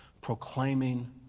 proclaiming